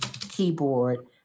keyboard